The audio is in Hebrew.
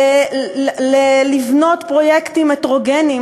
לבנות פרויקטים הטרוגניים,